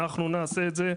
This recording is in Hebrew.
אנחנו נעשה את זה,